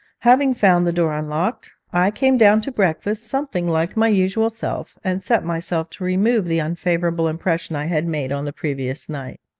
having found the door unlocked, i came down to breakfast something like my usual self, and set myself to remove the unfavourable impression i had made on the previous night.